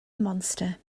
monster